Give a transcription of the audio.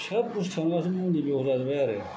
सोब बुस्थुआवनो गासैबो मुलि बेबहार जाजोबबाय आरो